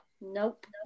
Nope